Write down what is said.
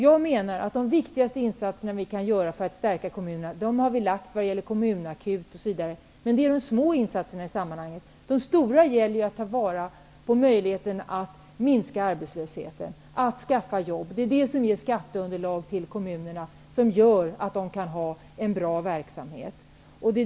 Jag menar att de viktigaste insatserna för att stärka kommunerna är inrättandet av t.ex. en kommunakut. Detta är i sammanhanget små insatser. De stora insatserna är att vi ser till att ta vara på möjligheten att minska arbetslösheten, att skaffa fram jobb. Det är det som ger kommunerna skatteunderlag och som gör att de kan driva en bra verksamhet.